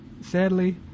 sadly